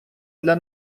для